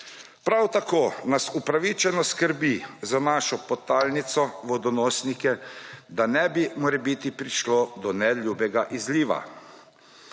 Prav tako nas upravičeno skrbi za našo podtalnico, vodonosnike, da ne bi morebiti prišlo do neljubega izliva.